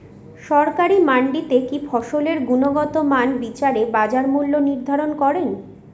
সরকারি মান্ডিতে কি ফসলের গুনগতমান বিচারে বাজার মূল্য নির্ধারণ করেন?